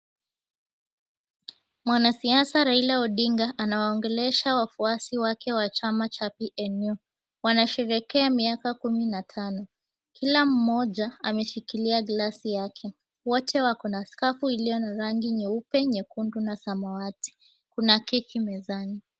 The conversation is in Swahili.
Mwanasiasa Raila Odinga anawaongelesha wafuasi wake wa chama cha PNU. Wanasherehekea miaka kumi na tano. Kila mmoja ameshikilia glasi yake. Wote wakona skafu iliyo na rangi nyeupe, nyekundu na samawati. Kuna keki mezani.